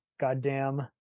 Goddamn